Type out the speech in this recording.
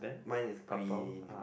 mine is green